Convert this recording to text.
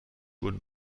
wurden